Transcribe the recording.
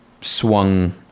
swung